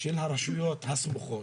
של הרשויות הסמוכות,